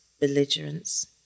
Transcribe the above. belligerence